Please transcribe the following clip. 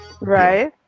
right